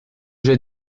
j’ai